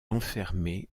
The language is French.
enfermé